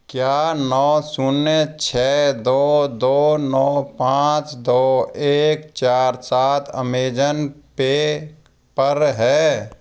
क्या नौ शून्य छ दो दो नौ पाँच दो एक चार सात अमेज़न पे पर है